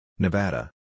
Nevada